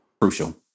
Crucial